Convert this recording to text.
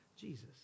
Jesus